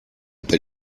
but